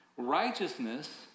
Righteousness